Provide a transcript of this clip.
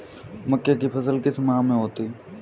मक्के की फसल किस माह में होती है?